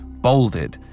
bolded